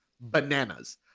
bananas